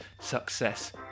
success